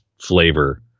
flavor